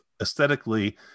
aesthetically